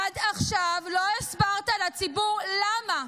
עד עכשיו לא הסברת לציבור למה,